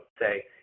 say